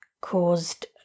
caused